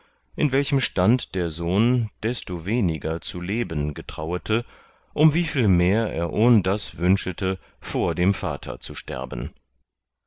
in welchem stand der sohn desto weniger zu leben getrauete um wieviel mehr er ohndas wünschete vor dem vatter zu sterben